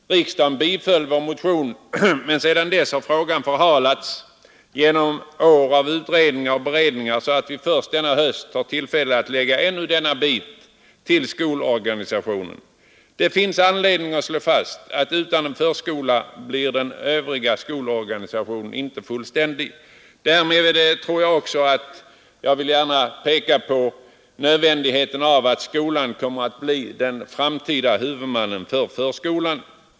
Riksdagen biföll vår motion, men sedan dess har frågan förhalats genom år av utredningar och beredningar så att vi först denna höst har tillfälle att lägga även denna bit till skolorganisationen. Det finns anledning att slå fast att utan en förskola blir den övriga skolorganisationen inte fullständig. Jag vill också gärna peka på nödvändigheten av att skolan blir den framtida huvudmannen för förskolan.